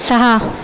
सहा